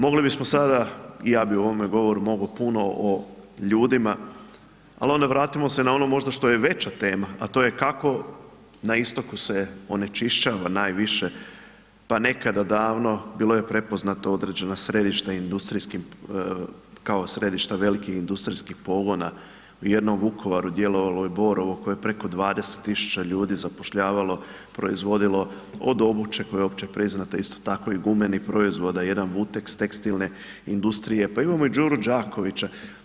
Mogli bismo sada i ja bi u ovome govoru mogo puno o ljudima, ali onda vratimo se na ono možda što je veća tema, a to je kako na istoku se onečišćava najviše pa nekada davno bilo je prepoznato određena središta industrijskim, kao središta velikih industrijskih pogona, u jednom Vukovaru djelovalo je Borovo koje je preko 20.000 ljudi zapošljavalo, proizvodilo od obuće koja je opće priznata, isto tako i gumenih proizvoda, jedan Vuteks tekstilne industrije, pa imamo i Đuru Đakovića.